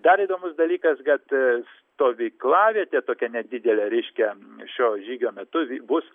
dar įdomus dalykas kad stovyklavietė tokia nedidelė reiškia šio žygio metu vy bus